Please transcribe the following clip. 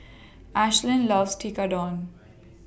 Ashlynn loves Tekkadon